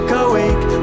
awake